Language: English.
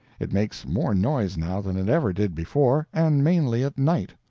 it makes more noise now than it ever did before and mainly at night.